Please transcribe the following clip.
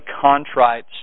contrite